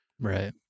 Right